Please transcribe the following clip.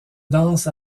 dance